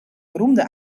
beroemde